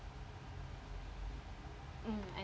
mm I